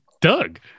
Doug